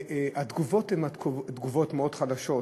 התגובות הן תגובות חדשות,